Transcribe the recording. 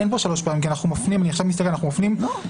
אין כאן שלוש פעמים כי עכשיו אני רואה שאנחנו מפנים כאן